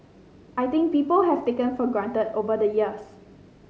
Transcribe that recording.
I think people have taken for granted over the years